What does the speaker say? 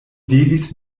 devis